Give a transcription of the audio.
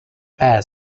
etc